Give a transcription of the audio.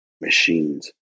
machines